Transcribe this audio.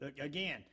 again